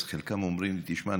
חלקם אומרים לי: תשמע,